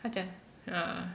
她讲 ya